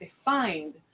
defined